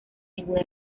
ninguna